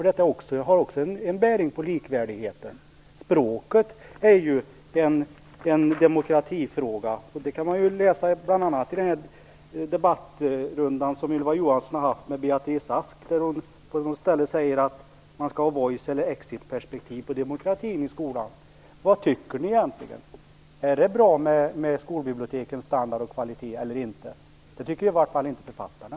Detta har också bäring på likvärdigheten. Språket är ju en demokratifråga. Det kan man bl.a. läsa i den debattrunda som Ylva Johansson haft med Beatrice Ask. Hon säger på ett ställe att man skall ha voiceexit-perspektivet på demokratin i skolan. Vad tycker ni? Är det bra med skolbibliotekens standard och kvalitet eller inte? Det tycker i varje fall inte författarna.